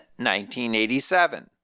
1987